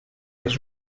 its